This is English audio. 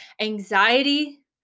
anxiety